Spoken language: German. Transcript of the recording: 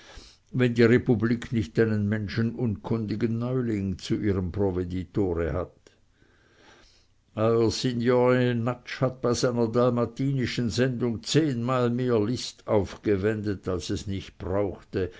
wenn die republik nicht einen menschenunkundigen neuling zu ihrem provveditore hat euer signor jenatsch hat bei seiner dalmatischen sendung zehnmal mehr list aufgewendet als es nicht brauchte